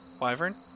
wyvern